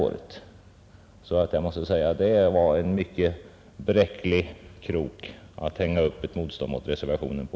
Jag måste därför säga att det var en mycket bräcklig krok att hänga upp ett motstånd mot reservationen på.